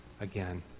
again